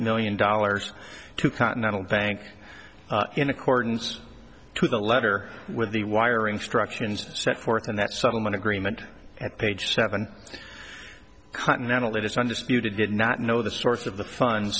million dollars to continental bank in accordance to the letter with the wiring structure and set forth in that settlement agreement at page seven continental it is undisputed did not know the source of the fun